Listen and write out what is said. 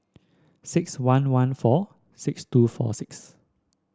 six one one four six two four six